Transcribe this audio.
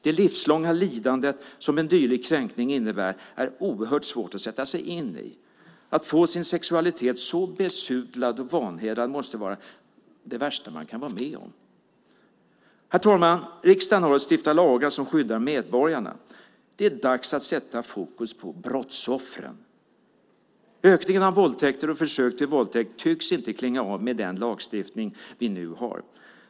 Det livslånga lidandet, som en dylik kränkning innebär, är oerhört svårt att sätta sig in i. Att få sin sexualitet så besudlad och vanhedrad måste vara det värsta man kan vara med om. Herr talman! Riksdagen har att stifta lagar som skyddar medborgarna. Det är dags att sätta fokus på brottsoffren. Ökningen av våldtäkter och försök till våldtäkt tycks inte klinga av med den lagstiftning vi nu har.